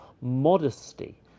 modesty